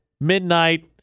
midnight